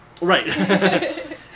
right